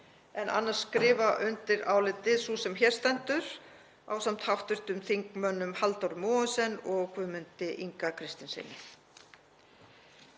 en annars skrifa undir álitið sú sem hér stendur ásamt hv. þingmönnum Halldóru Mogensen og Guðmundi Inga Kristinssyni.